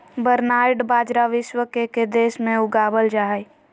barnyard बाजरा विश्व के के देश में उगावल जा हइ